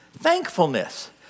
thankfulness